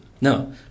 No